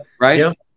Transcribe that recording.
right